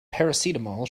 paracetamol